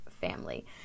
family